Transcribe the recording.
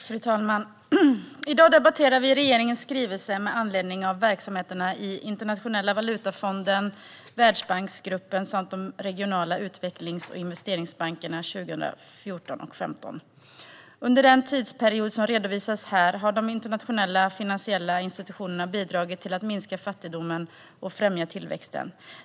Fru talman! I dag debatterar vi regeringens skrivelse med anledning av verksamheterna i Internationella valutafonden och Världsbanksgruppen samt de regionala utvecklings och investeringsbankerna under 2014 och 2015. Under den tidsperiod som redovisas här har de internationella finansiella institutionerna bidragit till att minska fattigdomen och främja tillväxten.